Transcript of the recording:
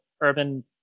urban